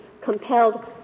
compelled